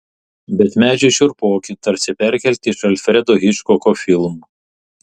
bet medžiai šiurpoki tarsi perkelti iš alfredo hičkoko filmų